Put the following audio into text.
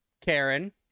Karen